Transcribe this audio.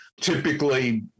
Typically